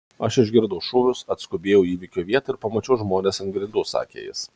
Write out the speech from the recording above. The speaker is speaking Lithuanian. aš išgirdau šūvius atskubėjau į įvykio vietą ir pamačiau žmones ant grindų sakė jis